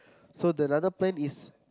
so the other plan is